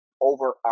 Over